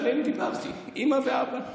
שעליהן דיברתי, אימא ואסתר, ואת אבא.